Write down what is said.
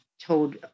told